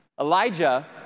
Elijah